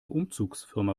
umzugsfirma